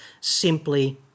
simply